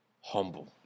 humble